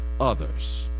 others